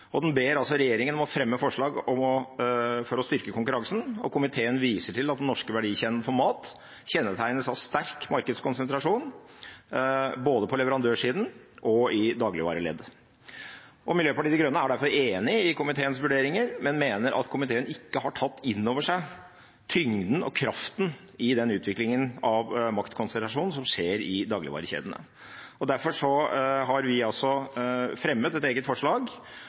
Den ber regjeringen om å fremme forslag for å styrke konkurransen. Komiteen viser til at den norske verdikjeden for mat kjennetegnes av sterk markedskonsentrasjon, både på leverandørsiden og i dagligvareleddet. Miljøpartiet De Grønne er derfor enig i komiteens vurderinger, men mener at komiteen ikke har tatt inn over seg tyngden og kraften i den utviklingen av maktkonstellasjon som skjer i dagligvarekjedene. Derfor har vi altså fremmet et eget forslag